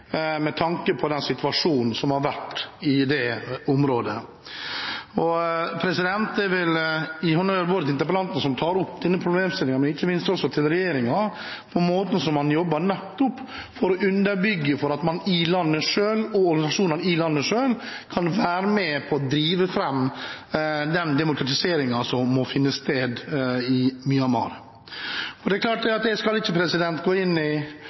med tanke på den situasjonen som har vært i dette området. Jeg vil gi honnør både til interpellanten, som tar opp denne problemstillingen, og – ikke minst – også til regjeringen for måten man jobber på for nettopp å underbygge at man i landet selv kan være med på å drive fram den demokratiseringen som må finne sted i Myanmar. Jeg skal ikke gå inn i alle de forskjellige folkeslagene og provinsene, det